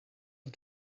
did